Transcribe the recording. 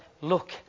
look